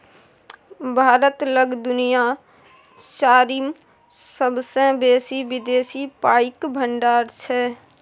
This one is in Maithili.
भारत लग दुनिया चारिम सेबसे बेसी विदेशी पाइक भंडार छै